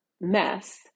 mess